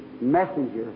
messenger